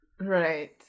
Right